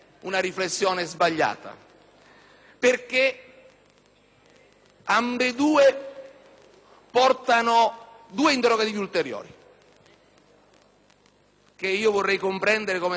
Ambedue sollevano interrogativi ulteriori che vorrei comprendere come saranno sciolti anche nei lavori parlamentari.